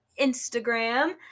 Instagram